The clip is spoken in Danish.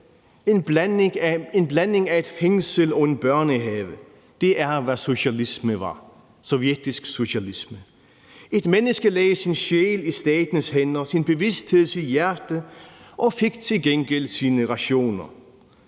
en blanding af et fængsel og en børnehave. Det er, hvad socialisme var, sovjetisk socialisme. Et menneske lægger sin sjæl i statens hænder, sin bevidsthed, sit hjerte og fik til gengæld sine rationer.